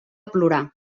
plorar